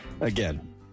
Again